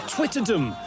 Twitterdom